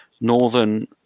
northern